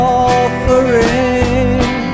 offering